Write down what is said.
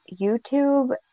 YouTube